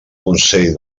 consell